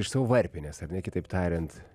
iš savo varpinės ar ne kitaip tariant